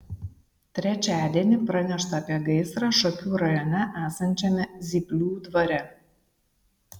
trečiadienį pranešta apie gaisrą šakių rajone esančiame zyplių dvare